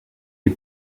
les